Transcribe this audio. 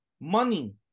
money